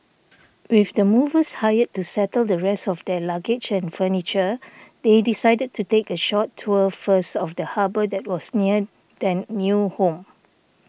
with the movers hired to settle the rest of their luggage and furniture they decided to take a short tour first of the harbour that was near their new home